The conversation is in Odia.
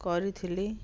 କରିଥିଲି